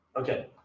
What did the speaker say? Okay